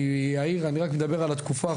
אני רק מדבר על התקופה האחרונה,